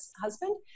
husband